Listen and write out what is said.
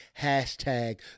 Hashtag